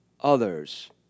others